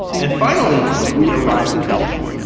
and finally, we arrived in the kitchen